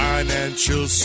Financial